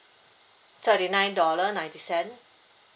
thirty nine dollar ninety cent